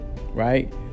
right